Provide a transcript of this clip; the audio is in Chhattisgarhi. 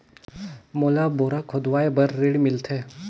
मोला बोरा खोदवाय बार ऋण मिलथे?